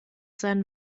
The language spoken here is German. sein